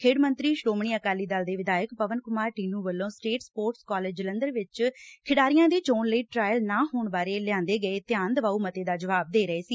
ਖੇਡ ਮੰਤਰੀ ਸ੍ਰੋਮਣੀ ਅਕਾਲੀ ਦਲ ਦੇ ਵਿਧਾਇਕ ਪਵਨ ਕੁਮਾਰ ਟੀਨੁ ਵੱਲੋਂ ਸਟੇਟ ਸਪੋਰਟਸ ਕਾਲਜ ਜਲੰਧਰ ਵਿਚ ਖਿਡਾਰੀਆਂ ਦੀ ਚੋਣ ਲਈ ਟਰਾਇਲ ਨਾ ਹੋਣ ਬਾਰੇ ਲਿਆਂਦੇ ਗਏ ਧਿਆਨ ਦਿਵਾਓ ਮਤੇ ਦਾ ਜਵਾਬ ਦੇ ਰਹੇ ਸੀ